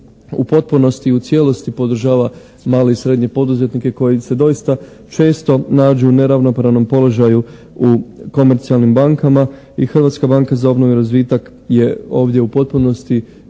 u potpunosti, u cijelosti podržava male i srednje poduzetnike koji se doista često nađu u neravnopravnom položaju u komercijalnim bankama i Hrvatska banka za obnovu i razvitak je ovdje u potpunosti